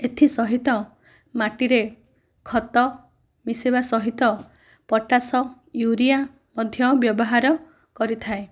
ଏଥିସହିତ ମାଟିରେ ଖତ ମିଶେଇବା ସହିତ ପଟାସ ୟୁରିଆ ମଧ୍ୟ ବ୍ୟବହାର କରିଥାଏ